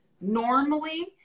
normally